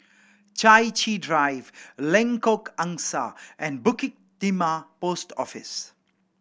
Chai Chee Drive Lengkok Angsa and Bukit Timah Post Office